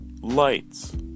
Lights